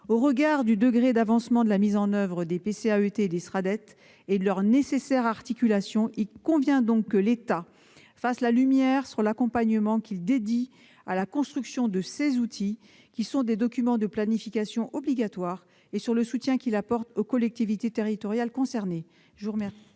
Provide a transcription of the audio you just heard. Au regard du degré d'avancement de la mise en oeuvre des PCAET et des Sraddet et de leur nécessaire articulation, il convient que l'État fasse la lumière sur l'accompagnement qu'il dédie à la construction de ces outils, qui sont des documents de planification obligatoires, et sur le soutien qu'il apporte aux collectivités territoriales concernées.